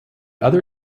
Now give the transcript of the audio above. other